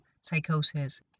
psychosis